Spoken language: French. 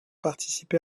participé